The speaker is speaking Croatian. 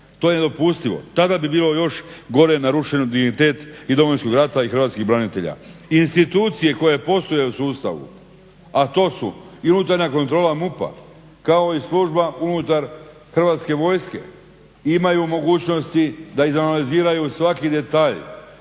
To je nedopustivo. Tada bi bilo još gore narušen dignitet i Domovinskog rata i hrvatskih branitelja. Institucije koje postoje u sustavu a to su i Unutarnja kontrola MUP-a, kao i služba unutar Hrvatske vojske imaju mogućnosti da izanaliziraju svaki detalj